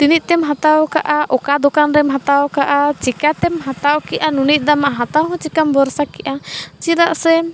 ᱛᱤᱱᱟᱹᱜ ᱛᱮᱢ ᱦᱟᱛᱟᱣ ᱟᱠᱟᱫᱼᱟ ᱚᱠᱟ ᱫᱚᱠᱟᱱ ᱨᱮᱢ ᱦᱟᱛᱟᱣ ᱟᱠᱟᱫᱼᱟ ᱪᱤᱠᱟᱹᱛᱮᱢ ᱦᱟᱛᱟᱣ ᱠᱮᱫᱼᱟ ᱱᱩᱱᱟᱹᱜ ᱫᱟᱢᱟᱜ ᱦᱟᱛᱟᱣ ᱦᱚᱸ ᱪᱤᱠᱟᱹᱢ ᱵᱷᱚᱨᱥᱟ ᱠᱮᱫᱼᱟ ᱪᱮᱫᱟᱜ ᱥᱮ